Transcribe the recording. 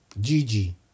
Gigi